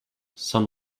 some